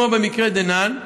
כמו במקרה דנן,